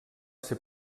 ser